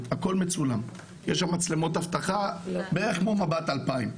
יש שם מצלמות אבטחה בערך כמו מבט 2000,